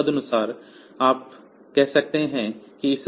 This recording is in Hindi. तो तदनुसार आप कह सकते हैं कि